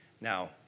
Now